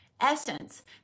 essence